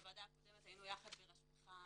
בוועדה הקודמת היינו יחד בראשותך,